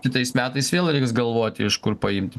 kitais metais vėl reiks galvoti iš kur paimti